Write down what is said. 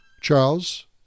Charles